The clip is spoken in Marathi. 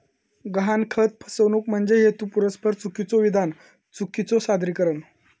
गहाणखत फसवणूक म्हणजे हेतुपुरस्सर चुकीचो विधान, चुकीचो सादरीकरण